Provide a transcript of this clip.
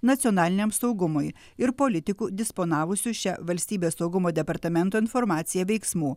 nacionaliniam saugumui ir politikų disponavusių šia valstybės saugumo departamento informacija veiksmų